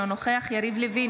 אינו נוכח יריב לוין,